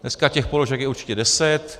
Dneska těch položek je určitě deset.